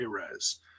Ares